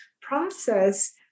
process